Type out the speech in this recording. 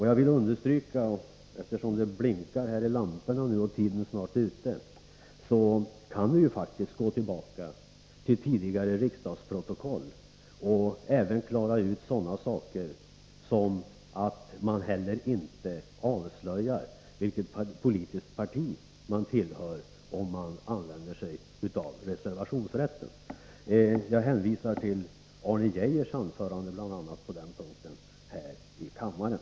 Jag vill understryka — lamporna blinkar här och min taletid är snart slut — att vi faktiskt kan gå tillbaka till tidigare riksdagsprotokoll och klara ut sådana saker som att det inte avslöjas vilket politiskt parti en person tillhör, om personen i fråga använder sig av reservationsrätten. Jag hänvisar bl.a. till Arne Geijers anförande på den punkten här i kammaren.